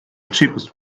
cheapest